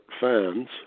fans